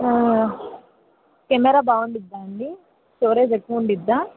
camera బాగుంటుందాండి అండి storage ఎక్కువ ఉంటుందా